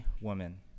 woman